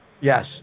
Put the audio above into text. Yes